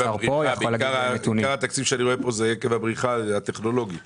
עיקר התקציב שאני רואה כאן הוא עקב הבריחה הטכנולוגית.